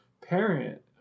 parent